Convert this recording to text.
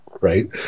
Right